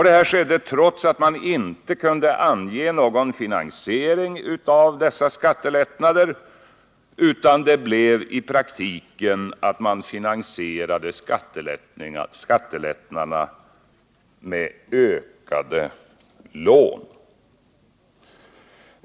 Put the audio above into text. Det skedde trots att man inte kunde ange någon finansiering av dessa skattelättnader, utan att man i praktiken måste finansiera skattelättnaderna med ökade lån.